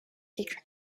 future